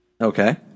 Okay